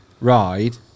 ride